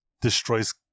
destroys